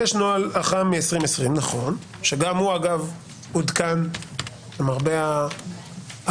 יש נוהל אח"מ מ-2020 שגם הוא אגב עודכן למרבה הפתעה